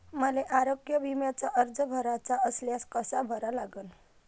मले आरोग्य बिम्याचा अर्ज भराचा असल्यास कसा भरा लागन?